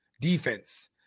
defense